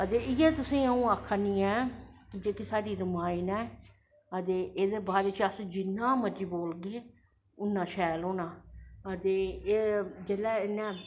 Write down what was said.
ते इयै में तुसेंगी आक्खा नी ऐं कि जेह्की साढ़ा रामायण ऐ ते एह्दे बारे च अस जिन्ना मर्जी बोलगे उन्नां शैल होनां ते जिसलै